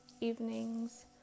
evening's